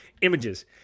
images